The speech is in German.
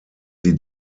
sie